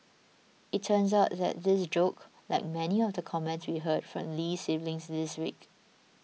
it turns out that this joke like many of the comments we heard from the Lee siblings this week